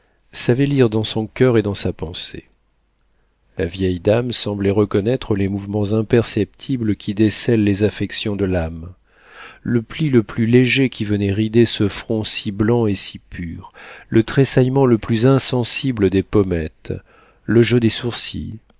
savait lire dans son coeur et dans sa pensée la vieille dame semblait reconnaître les mouvements imperceptibles qui décèlent les affections de l'âme le pli le plus léger qui venait rider ce front si blanc et si pur le tressaillement le plus insensible des pommettes le jeu des sourcils